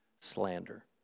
slander